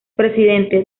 presidente